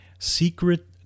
secret